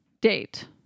Date